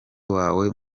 wawe